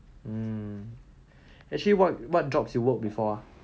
mm actually what what jobs you work before